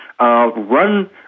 Run